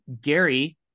Gary